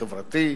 חברתי,